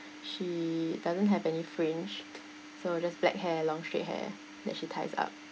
she doesn't have any fringe so just black hair long straight hair that she ties up